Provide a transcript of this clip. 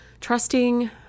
trusting